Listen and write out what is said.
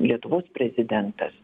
lietuvos prezidentas